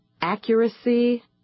accuracy